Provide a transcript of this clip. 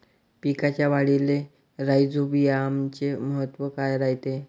पिकाच्या वाढीले राईझोबीआमचे महत्व काय रायते?